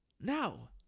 now